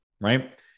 right